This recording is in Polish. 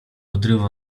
odrywa